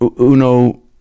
Uno